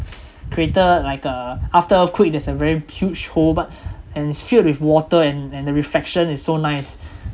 crater like uh after earthquake there's a very huge hole but and it's filled with water and and the reflection is so nice